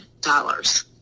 dollars